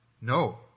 No